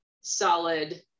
solid